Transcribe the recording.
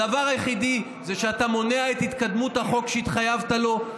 הדבר היחיד הוא שאתה מונע את התקדמות החוק שהתחייבת לו,